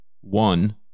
One